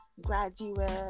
graduate